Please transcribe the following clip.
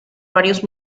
varios